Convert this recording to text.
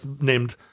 named